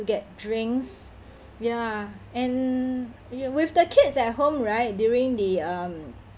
to get drinks ya and with the kids at home right during the um